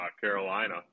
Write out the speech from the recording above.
Carolina